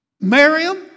Miriam